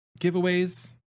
giveaways